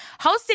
hosted